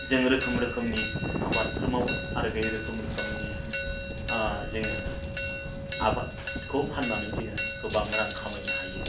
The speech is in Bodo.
जों रोखोम रोखोमनि आबादफोर मावो आरो बे रोखोम रोखोमनि जोङो आबादखौ फाननानै जोङो गोबां रां खामायनो हायो